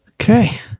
Okay